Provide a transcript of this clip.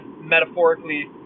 metaphorically